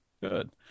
Good